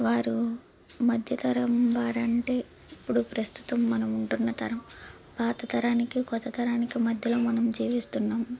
వారు మధ్యతరం వారంటే ఇప్పుడు ప్రస్తుతం మనం ఉంటున్న తరం పాత తరానికి కొత్త తరానికి మధ్యలో మనం జీవిస్తున్నాం